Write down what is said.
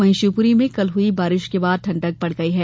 वहीं शिवपुरी में कल हुई बारिश के बाद ठंडक बढ़ गई है